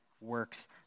works